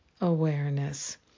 awareness